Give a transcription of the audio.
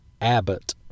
Abbott